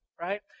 right